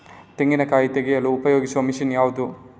ತೆಂಗಿನಕಾಯಿ ತೆಗೆಯಲು ಉಪಯೋಗಿಸುವ ಮಷೀನ್ ಯಾವುದು?